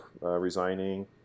resigning